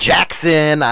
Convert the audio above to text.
Jackson